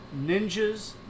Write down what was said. ninjas